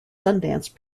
sundance